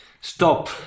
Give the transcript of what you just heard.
Stop